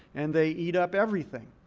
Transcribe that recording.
and they eat up everything.